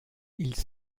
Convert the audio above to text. ils